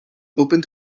opened